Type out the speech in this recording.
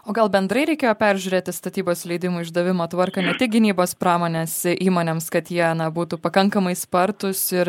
o gal bendrai reikėjo peržiūrėti statybos leidimų išdavimo tvarką ne tik gynybos pramonės įmonėms kad jie būtų pakankamai spartūs ir